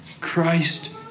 Christ